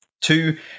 Two